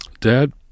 Dad